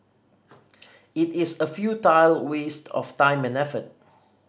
it is a futile waste of time and effort